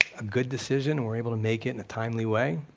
a good decision, we're able to make it in a timely way,